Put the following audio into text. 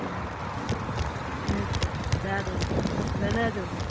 उँ हूँ ठिके छै दए दहऽ लेने जेबहऽ